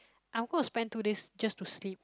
I'm going to spend two days just to sleep